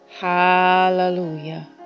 hallelujah